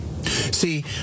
See